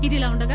ఇదిలాఉండగా